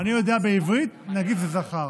אני יודע שבעברית נגיף זה זכר.